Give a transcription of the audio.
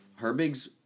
Herbig's